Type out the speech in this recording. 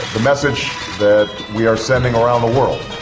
the message that we are sending around the world